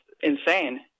insane